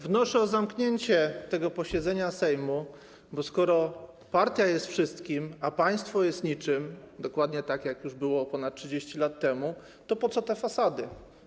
Wnoszę o zamknięcie tego posiedzenia Sejmu, bo skoro partia jest wszystkim, a państwo jest niczym, dokładnie tak, jak już było ponad 30 lat temu, to po co te fasady?